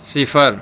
صفر